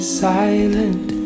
silent